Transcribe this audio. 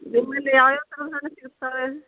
ನಿಮ್ಮಲ್ಲಿ ಯಾವ ಯಾವ ಥರದ ಹಣ್ಣು ಸಿಗತ್ತೆ ಸರ್